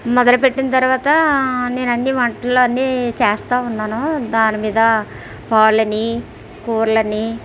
మొదలు పెట్టిన తర్వాత నేను అన్ని వంటలు అన్ని చేస్తూ ఉన్నాను దాని మీద పాలని కూరలని